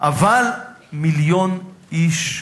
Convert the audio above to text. אבל מיליון איש,